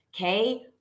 Okay